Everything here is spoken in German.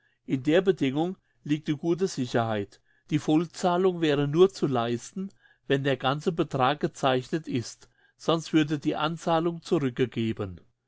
in der bedingung liegt die gute sicherheit die vollzahlung wäre nur zu leisten wenn der ganze betrag gezeichnet ist sonst würde die anzahlung zurückgegeben